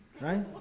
right